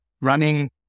running